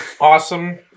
awesome